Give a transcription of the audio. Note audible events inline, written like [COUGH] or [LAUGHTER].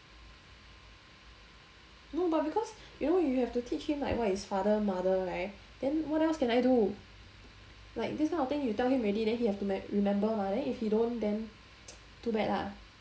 no but because you know you have to teach him like what his father mother right then what else can I do like this kind of thing you tell him already then he have to remember mah then if he don't then [NOISE] too bad lah